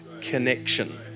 connection